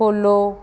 follow